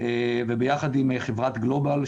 וביחד עם חברת גלובל,